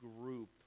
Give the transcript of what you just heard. group